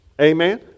Amen